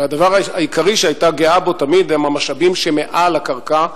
והדבר העיקרי שהיא היתה גאה בו תמיד הם המשאבים שמעל הקרקע,